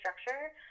structure